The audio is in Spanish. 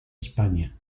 españa